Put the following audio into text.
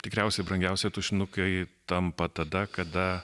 tikriausiai brangiausi tušinukai tampa tada kada